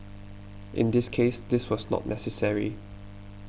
in this case this was not necessary